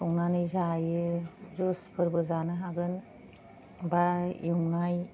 संनानै जायो जुसफोरबो जानो हागोन बा एवनाय